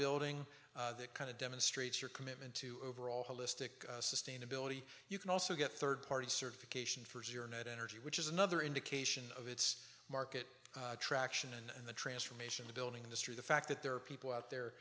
building that kind of demonstrates your commitment to overall holistic sustainability you can also get third party certification for your net energy which is another indication of its market traction and the transformation the building industry the fact that there are people out there